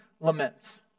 laments